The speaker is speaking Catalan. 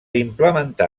implementar